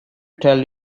tell